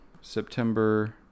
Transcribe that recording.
September